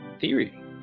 theory